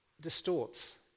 distorts